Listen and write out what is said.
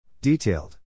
Detailed